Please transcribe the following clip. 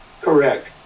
Correct